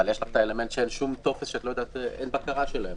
אבל יש לך את האלמנט שאין להם בקרה על הטפסים.